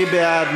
מי בעד?